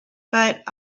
but